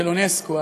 של אונסק"ו,